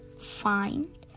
find